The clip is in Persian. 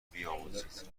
بیاموزید